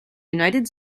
united